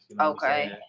okay